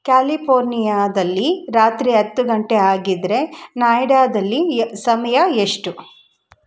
ಕ್ಯಾಲಿಪೋರ್ನಿಯಾದಲ್ಲಿ ರಾತ್ರಿ ಹತ್ತು ಗಂಟೆ ಆಗಿದ್ದರೆ ನೋಯ್ಡಾದಲ್ಲಿ ಸಮಯ ಎಷ್ಟು